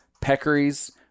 peccaries